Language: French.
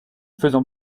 faisant